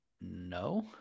No